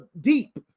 deep